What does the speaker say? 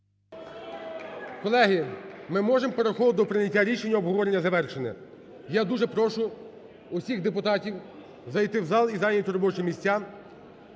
Колеги, ми можемо переходити до прийняття рішення, обговорення завершене. Я дуже прошу усіх депутатів зайти в зал і зайняти робочі місця.